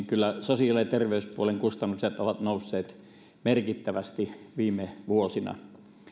kyllä sosiaali ja terveyspuolen kustannukset ovat nousseet merkittävästi viime vuosina